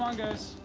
um guys.